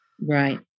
Right